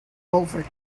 over